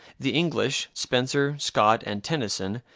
the english, spenser, scott, and tennyson,